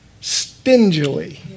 stingily